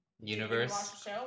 universe